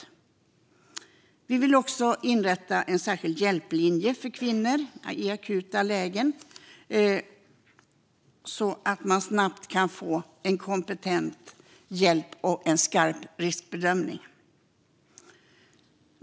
Vänsterpartiet vill även inrätta en särskild hjälplinje för kvinnor i akuta lägen så att man snabbt kan få kompetent hjälp och en skarp riskbedömning.